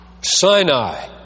Sinai